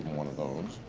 one of those.